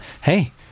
hey